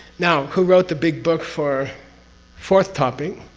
now, who wrote the big book for fourth topic?